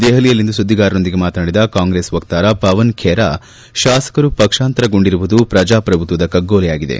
ದೆಹಲಿಯಲ್ಲಿಂದು ಸುದ್ದಿಗಾರರೊಂದಿಗೆ ಮಾತನಾಡಿದ ಕಾಂಗ್ರೆಸ್ ವಕ್ತಾರ ಪವನ್ ಬೇರಾ ಶಾಸಕರು ಪಕ್ಷಾಂತರಗೊಂಡಿರುವುದು ಪ್ರಜಾಪ್ರಭುತ್ವದ ಕಗ್ಗೊಲೆಯಾಗಿದೆ